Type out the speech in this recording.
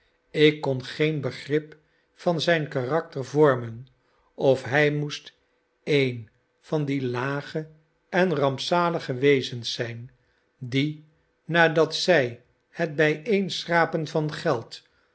ik kon geen begrip van zijn karakter vormen of hij moest een van die lage en rampzalige wezens zijn die nadat zij het bijeenschrapen van geld